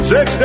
Six